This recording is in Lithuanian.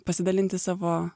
pasidalinti savo